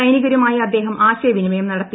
സൈനികരുമായി അദ്ദേഹം ആശയവിനിമയം നടത്തി